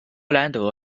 兰德